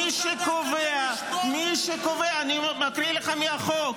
מי שקובע, אני מקריא לך מהחוק,